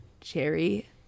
Cherry